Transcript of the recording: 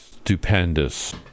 Stupendous